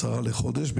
עשרה לחודש,